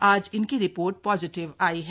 आज इनकी report positive आयी है